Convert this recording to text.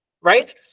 right